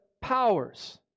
powers